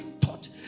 thought